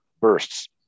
bursts